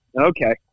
Okay